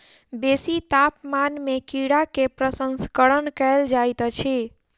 बेसी तापमान में कीड़ा के प्रसंस्करण कयल जाइत अछि